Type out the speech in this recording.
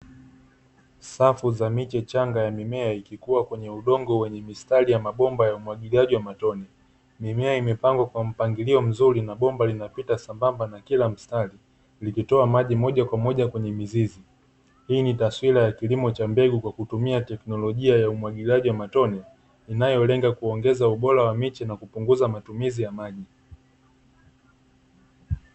Safu za miche changa ya mimea ikikua kwenye udongo wenye mistari ya mabomba ya umwagiliaji wa matone, mimea imepangwa kwa mpangilio mzuri na bomba linapita sambamba na kila mstari likitoa maji moja kwa moja kwenye mizizi. Hii ni taswira ya kilimo cha mbegu kwa kutumia teknolojia ya umwagiliaji wa matone inayolenga kuongeza ubora wa miche na kupunguza matumizi ya maji.